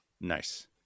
Nice